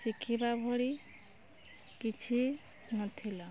ଶିଖିବା ଭଳି କିଛି ନ ଥିଲା